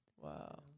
Wow